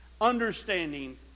understanding